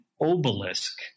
obelisk